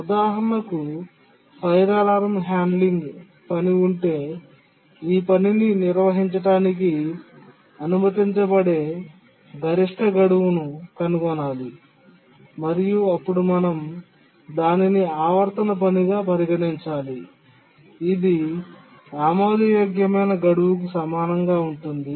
ఉదాహరణకు fire alarm handling పని ఉంటే ఈ పనిని నిర్వహించడానికి అనుమతించబడే గరిష్ట గడువును కనుగొనాలి మరియు అప్పుడు మనం దానిని ఆవర్తన పనిగా పరిగణించాలి ఇది ఆమోదయోగ్యమైన గడువుకు సమానంగా ఉంటుంది